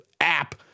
app